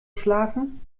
schlafen